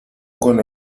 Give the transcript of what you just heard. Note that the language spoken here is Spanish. con